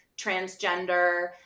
transgender